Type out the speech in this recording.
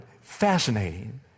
Fascinating